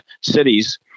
cities